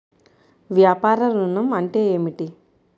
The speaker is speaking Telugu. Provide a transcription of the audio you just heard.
వ్యాపార ఋణం అంటే ఏమిటి?